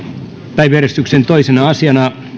päiväjärjestyksen toisena asiana